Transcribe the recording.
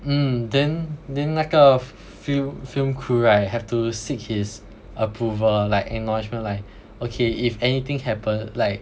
mm then then 那个 fi~ fil~ film crew right have to seek his approval like acknowledgement like okay if anything happen like